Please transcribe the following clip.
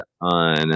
on